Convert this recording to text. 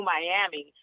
Miami